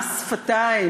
מס שפתיים.